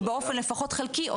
שלפחות באופן חלקי,